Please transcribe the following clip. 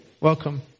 Welcome